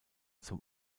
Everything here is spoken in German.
zum